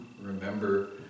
remember